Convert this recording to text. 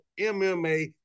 MMA